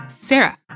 Sarah